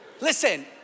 Listen